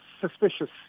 suspicious